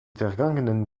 vergangenen